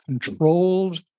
controlled